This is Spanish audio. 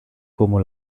como